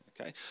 okay